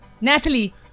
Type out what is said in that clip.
Natalie